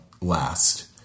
last